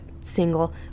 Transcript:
single